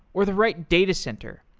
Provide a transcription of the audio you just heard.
or the right datacenter.